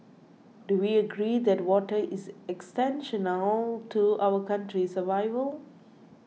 do we agree that water is existential to our country's survival